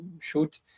shoot